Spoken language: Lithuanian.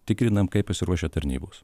tikrinam kaip pasiruošė tarnybos